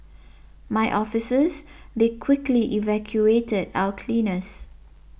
my officers they quickly evacuated our cleaners